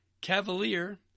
cavalier